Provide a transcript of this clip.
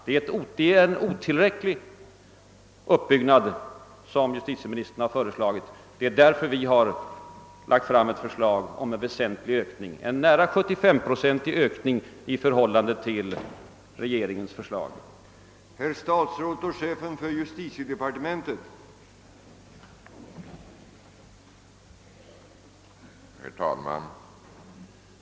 Det är en otillräcklig uppbyggnad som justitieministern föreslagit, och det är därför vi lagt fram ett förslag om en väsentlig ökning av antalet polistjänster, ett förslag som ligger nära 75 procent högre än regeringens.